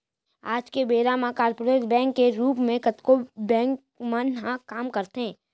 आज के बेरा म कॉरपोरेट बैंक के रूप म कतको बेंक मन ह काम करथे